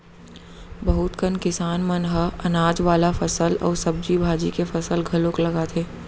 बहुत कन किसान मन ह अनाज वाला फसल अउ सब्जी भाजी के फसल घलोक लगाथे